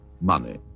money